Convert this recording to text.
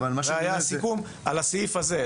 זה היה הסיכום לגבי הסעיף הזה.